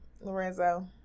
Lorenzo